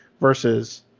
versus